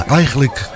eigenlijk